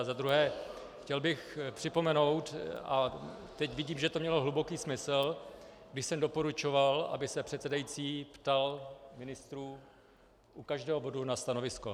A za druhé bych chtěl připomenout a teď vidím, že to mělo hluboký smysl, když jsem doporučoval, aby se předsedající ptal ministrů u každého bodu na stanovisko.